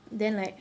then like